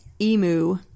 Emu